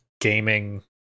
gaming